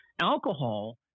alcohol